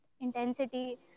intensity